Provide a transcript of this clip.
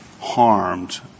harmed